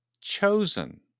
chosen